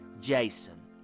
JASON